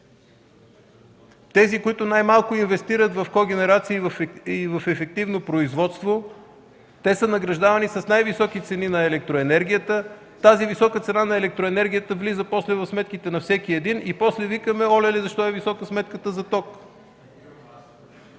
Тези, които най-малко инвестират в когенерации и в ефективно производство, са награждавани с най-високи цени на електроенергията. Тази висока цена на електроенергията влиза после в сметките на всеки един и после викаме: „Олеле, защо е висока сметката за ток?”.